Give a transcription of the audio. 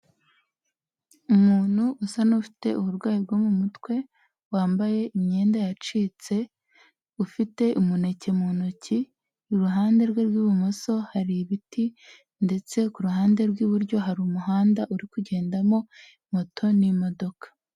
Umuntu usa n'ufite uburwayi bwo mu mutwe, wambaye imyenda yacitse, ufite umuneke mu ntoki, iruhande rwe rw'ibumoso hari ibiti ndetse ku ruhande rw'iburyo hari umuhanda uri kugendamo moto n'imodoka.